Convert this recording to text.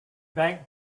bank